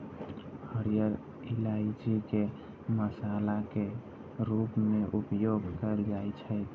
हरियर इलायची के मसाला के रूप मे उपयोग कैल जाइ छै